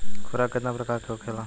खुराक केतना प्रकार के होखेला?